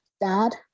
Dad